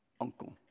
Uncle